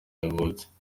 yavutse